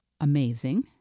amazing